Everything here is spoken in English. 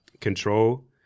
control